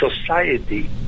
society